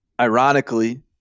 Ironically